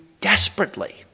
desperately